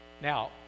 Now